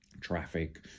traffic